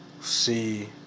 see